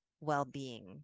well-being